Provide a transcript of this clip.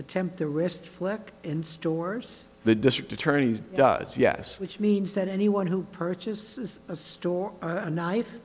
attempt the wrist flick and stores the district attorney's does yes which means that anyone who purchases a store a knife